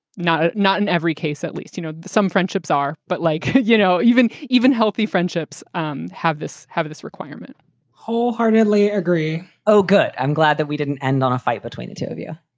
not not in every case at least. you know, some friendships are. but like, you know, even even healthy friendships um have this have this requirement wholeheartedly agree. oh, good. i'm glad that we didn't end on a fight between the two of you.